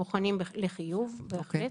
בוחנים לחיוב בהחלט.